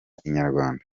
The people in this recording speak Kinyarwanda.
inyarwanda